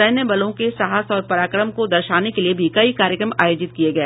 सैन्य बलों के साहस और पराक्रम को दर्शाने के लिये भी कई कार्यक्रम आयोजित किये गये